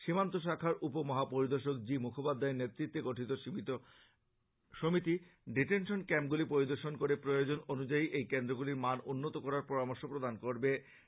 সীমান্ত শাখার উপ মহাপরিদর্শক জি মুখোপাধ্যায়ের নেতৃত্বে গঠিত সমিতি ডিটেনশন ক্যাম্পগুলি পরিদর্শন করে প্রয়োজন অনুযায়ী এই কেন্দ্রগুলির মান উন্নত করার জন্য পরামর্শ দেবে